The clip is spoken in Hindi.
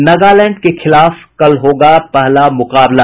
नगालैंड के खिलाफ कल होगा पहला मुकाबला